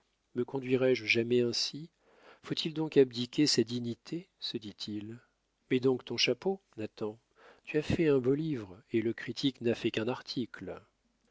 me conduirais je jamais ainsi faut-il donc abdiquer sa dignité se dit-il mets donc ton chapeau nathan tu as fait un beau livre et le critique n'a fait qu'un article